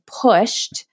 pushed